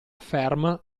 ferm